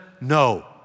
No